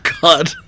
God